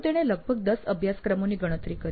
તો તેણે લગભગ 10 અભ્યાસક્રમોની ગણતરી કરી